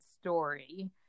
story